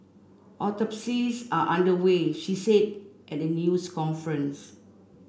autopsies are under way she said at a news conference